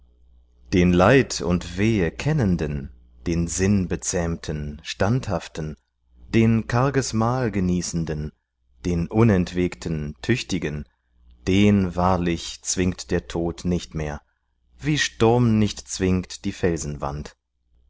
den leid und wehe kennenden den sinnbezähmten standhaften den karges mahl genießenden den unentwegten tüchtigen den wahrlich zwingt der tod nicht mehr wie sturm nicht zwingt die